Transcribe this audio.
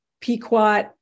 Pequot